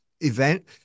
event